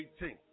18th